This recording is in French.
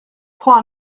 prends